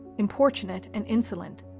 importunate and insolent,